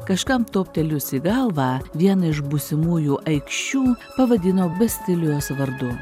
kažkam toptelėjus į galvą vieną iš būsimųjų aikščių pavadino bastilijos vardu